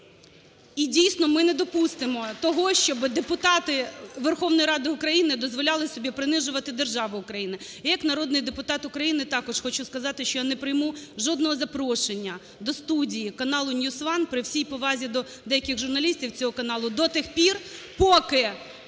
І, дійсно, ми не допустимо того, щоби депутати Верховної Ради України дозволяли собі принижувати державу Україна. Я як народний депутат України також хочу сказати, що я не прийму жодного запрошення до студії каналуNews One, при всій повазі до деяких журналістів цього каналу, до тих пір, поки